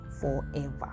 forever